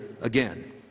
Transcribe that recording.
again